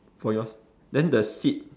for yours then the seat